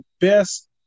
best